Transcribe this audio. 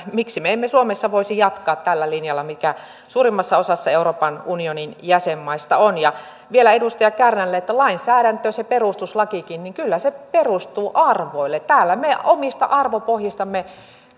miksi me emme suomessa voisi jatkaa tällä linjalla mikä suurimmassa osassa euroopan unionin jäsenmaista on vielä edustaja kärnälle että lainsäädäntö se perustuslakikin kyllä perustuu arvoille täällä me omista arvopohjistamme